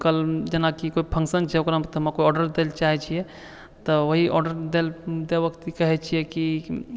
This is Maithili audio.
कल जेना कि कोइ फंक्शन छै ओकरामे तऽ हम कोइ आर्डर दै लए चाहै छियै तऽ वही आर्डर दै लए दै वक्त कहै छियै कि